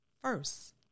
first